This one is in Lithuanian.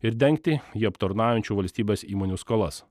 ir dengti jį aptarnaujančių valstybės įmonių skolas